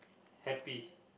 happy